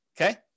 Okay